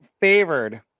favored